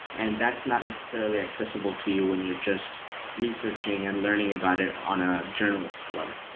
and that's not necessarily accessible to you when you're just researching and learning about it on a journalist level.